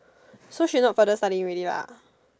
so she not further studying already lah